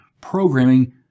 programming